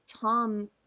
Tom